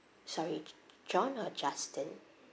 sorry john or justin